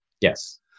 Yes